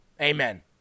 Amen